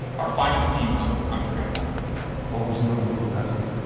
our final scene was unforgettable. i've always known we were cousins.